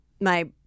my-